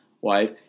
wife